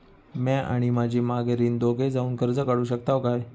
म्या आणि माझी माघारीन दोघे जावून कर्ज काढू शकताव काय?